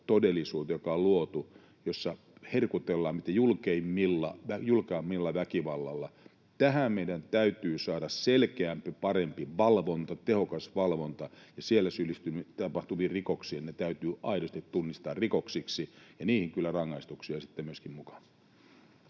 todellisuuteen, joka on luotu, jossa herkutellaan mitä julkeimmalla väkivallalla. Tähän meidän täytyy saada selkeämpi, parempi valvonta, tehokas valvonta, ja siellä tapahtuvat rikokset täytyy aidosti tunnistaa rikoksiksi, ja niihin kyllä rangaistuksia sitten myöskin mukaan.